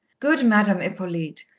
good madame hippolyte,